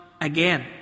Again